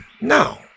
Now